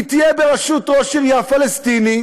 היא תהיה בראשות ראש עירייה פלסטיני,